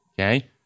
Okay